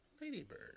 Ladybird